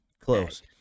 Close